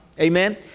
Amen